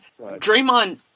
Draymond